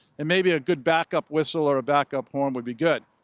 and maybe a good backup whistle or a backup horn would be good.